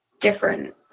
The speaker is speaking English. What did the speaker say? different